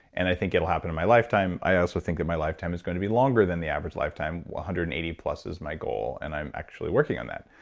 and i think it will happen in my lifetime. i also think that my lifetime is going to be longer than the average lifetime. one hundred and eighty plus is my goal and i'm actually working on that.